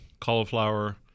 cauliflower